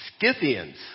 Scythians